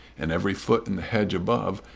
and every foot in the hedge above,